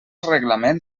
reglament